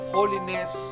Holiness